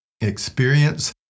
experience